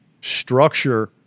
structure